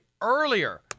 earlier